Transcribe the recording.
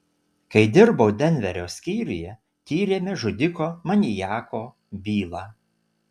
kai dirbau denverio skyriuje tyrėme žudiko maniako bylą